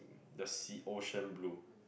the sea ocean blue